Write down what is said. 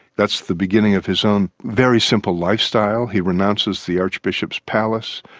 that's the beginning of his own very simple lifestyle. he renounces the archbishop's palace,